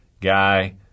guy